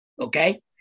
okay